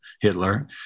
Hitler